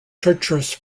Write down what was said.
treacherous